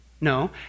No